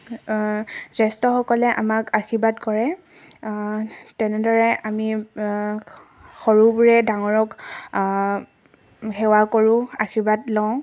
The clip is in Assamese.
জ্যেষ্ঠসকলে আমাক আশীৰ্বাদ কৰে তেনেদৰে আমি সৰুবোৰে ডাঙৰক সেৱা কৰোঁ আশীৰ্বাদ লওঁ